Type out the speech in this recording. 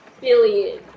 billion